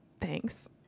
Thanks